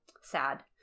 Sad